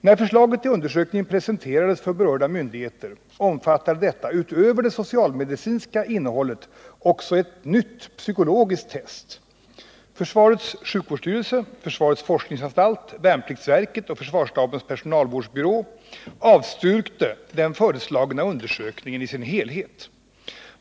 När förslaget till undersökning presenterades för berörda myndigheter omfattade detta utöver det socialmedicinska innehållet också ett nytt psykologiskt test. Försvarets sjukvårdsstyrelse, försvarets forskningsanstalt, värnpliktsverket och försvarsstabens personalvårdsbyrå avstyrkte den föreslagna undersökningen i sin helhet.